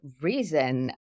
reason